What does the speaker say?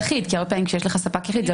זה לא הכרחי שיש לך ספק יחיד,